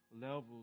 levels